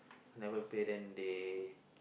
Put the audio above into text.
never pay then they